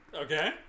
Okay